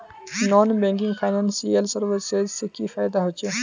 Non banking financial services से की फायदा होचे?